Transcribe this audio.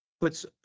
puts